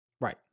Right